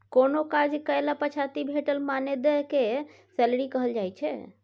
कोनो काज कएला पछाति भेटल मानदेय केँ सैलरी कहल जाइ छै